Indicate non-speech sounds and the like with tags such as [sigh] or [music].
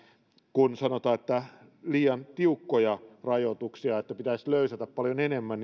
kun sanotaan että on liian tiukkoja rajoituksia ja pitäisi löysätä paljon enemmän [unintelligible]